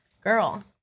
Girl